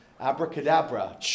abracadabra